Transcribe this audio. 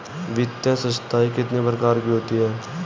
वित्तीय संस्थाएं कितने प्रकार की होती हैं?